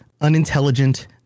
unintelligent